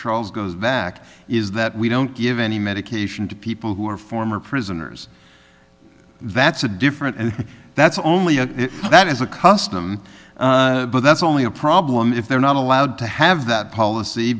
trolls goes back is that we don't give any medication to people who are former prisoners that's a different and that's only a that is a custom but that's only a problem if they're not allowed to have that policy